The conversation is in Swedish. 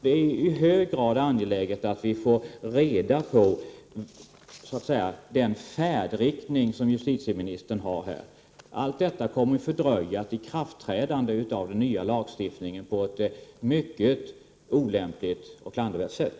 Det är högst angeläget att vi får kännedom om justitieministerns färdriktning. Detta förhalande kommer att fördröja ikraft trädandet av den nya lagstiftningen på ett mycket olämpligt och klandervärt sätt.